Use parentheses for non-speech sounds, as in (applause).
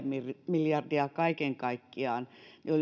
(unintelligible) miljardia kaiken kaikkiaan oli